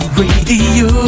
radio